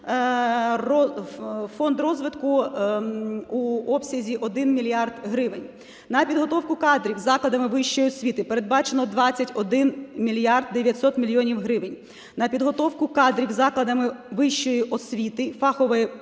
На підготовку кадрів закладами вищої освіти передбачено 21 мільярд 900 мільйонів гривень. На підготовку кадрів закладами вищої освіти і фахової передвищої